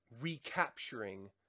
recapturing